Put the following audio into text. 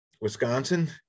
Wisconsin